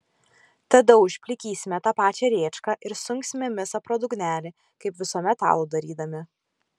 tada užplikysime tą pačią rėčką ir sunksime misą pro dugnelį kaip visuomet alų darydami